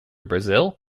brazil